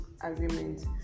agreement